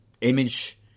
image